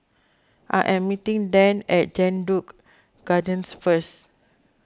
I am meeting Dan at Jedburgh Gardens first